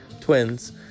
twins